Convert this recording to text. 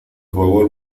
favor